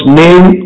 name